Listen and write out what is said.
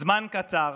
זמן קצר,